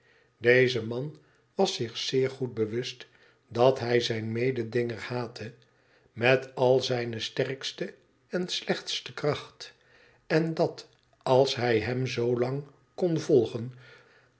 deze man was zich zeer goed bewust dat hij zijn mededinger haatte met al zijne sterkste en slechtste kracht en dat als hij hem zoolang kon volgen